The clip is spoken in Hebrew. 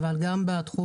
אבל גם בתחום